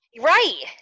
Right